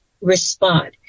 respond